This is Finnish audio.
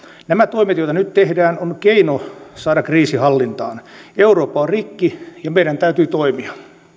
nämä toimet joita nyt tehdään on keino saada kriisi hallintaan eurooppa on rikki ja meidän täytyy toimia